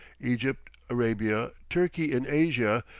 egypt, arabia, turkey in asia,